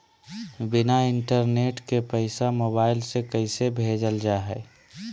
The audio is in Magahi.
बिना इंटरनेट के पैसा मोबाइल से कैसे भेजल जा है?